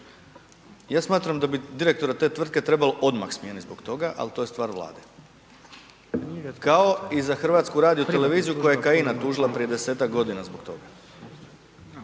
Ja smatram da bi direktora te tvrtke trebalo odmah smijeniti zbog toga, ali to je stvar Vlade kao i za HRT-u koja je Kajina tužila prije desetak godina zbog toga.